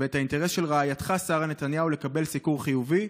ואת האינטרס של רעייתך שרה נתניהו לקבל סיקור חיובי